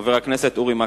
חבר הכנסת אורי מקלב.